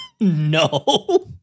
No